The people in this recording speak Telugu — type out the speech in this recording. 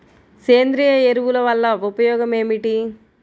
సేంద్రీయ ఎరువుల వల్ల ఉపయోగమేమిటీ?